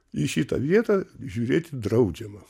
į šitą vietą žiūrėti draudžiama